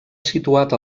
situat